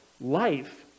life